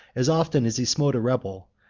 as often as he smote a rebel,